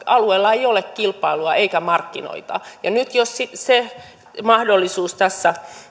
alueella ei ole kilpailua eikä markkinoita niin nyt jos se mahdollisuus tässä